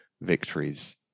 victories